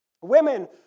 Women